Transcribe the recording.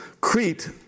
Crete